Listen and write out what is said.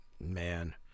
Man